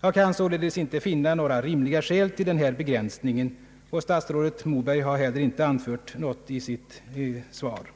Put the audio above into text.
Jag kan således inte finna några rimliga skäl till den här begränsningen, och statsrådet Moberg har heller inte anfört något i sitt interpellationssvar.